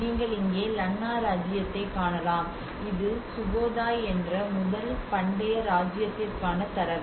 நீங்கள் இங்கே லன்னா இராச்சியத்தைக் காணலாம் இது சுகோதாய் என்ற முதல் பண்டைய இராச்சியத்திற்கான தரவு